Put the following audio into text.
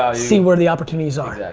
ah see where the opportunities are.